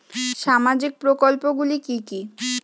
সামাজিক প্রকল্পগুলি কি কি?